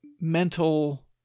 mental